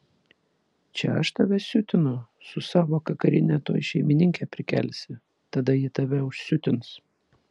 čia aš tave siutinu su savo kakarine tuoj šeimininkę prikelsi tada ji tave užsiutins